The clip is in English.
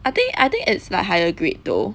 I think I think it's like higher grade though